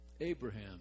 Abraham